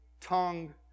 tongue